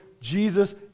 Jesus